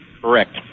correct